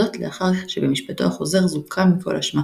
זאת לאחר שבמשפטו החוזר זוכה מכל אשמה,